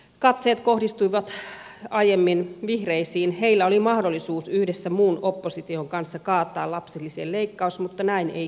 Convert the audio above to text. katseet kohdistuivat aiemmin vihreisiin heillä oli mahdollisuus yhdessä muun opposition kanssa kaataa lapsilisien leikkaus mutta näin ei käynyt